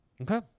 Okay